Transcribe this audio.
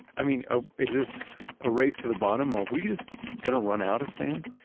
i mean is this a race to the bottom? or are we just going to run out of sand?